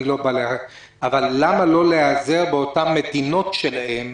אבל למה לא להיעזר במדינות שלהם,